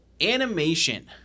Animation